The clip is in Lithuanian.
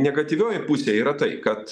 negatyvioji pusė yra tai kad